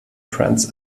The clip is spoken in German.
trans